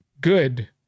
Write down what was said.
good